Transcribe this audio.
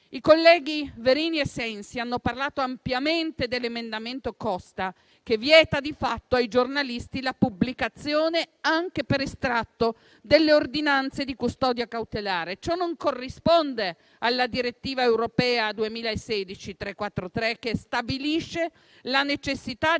I colleghi Verini e Sensi hanno parlato ampiamente dell'emendamento Costa, che vieta di fatto ai giornalisti la pubblicazione, anche per estratto, delle ordinanze di custodia cautelare. Ciò non corrisponde alla direttiva europea 2016/343, che stabilisce la necessità di